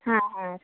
ಹಾಂ ಹಾಂ